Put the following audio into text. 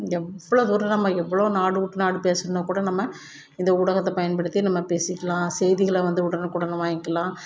எவ்வளோ தூரம் நம்ம எவ்வளோ நாடு விட்டு நாடு பேசுனால் கூட நம்ம இந்த ஊடகத்தை பயன்படுத்தி நம்ம பேசிக்கலாம் செய்திகளை வந்து உடனுக்குடன் வாங்கிக்கலாம்